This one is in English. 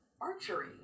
Archery